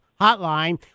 hotline